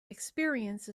experience